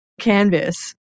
canvas